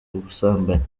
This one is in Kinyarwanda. ubusambanyi